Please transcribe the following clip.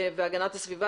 הסביבה,